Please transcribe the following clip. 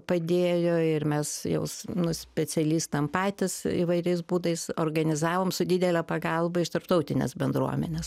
padėjo ir mes jau nu specialistam patys įvairiais būdais organizavom su didele pagalba iš tarptautinės bendruomenės